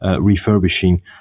Refurbishing